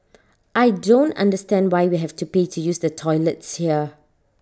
I don't understand why we have to pay to use the toilets here